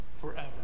forever